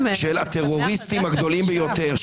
הסתה ----- של הטרוריסטים הגדולים ביותר.